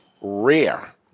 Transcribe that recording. rare